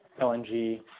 LNG